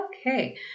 Okay